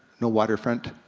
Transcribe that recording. no waterfront.